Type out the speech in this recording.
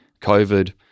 COVID